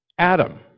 Adam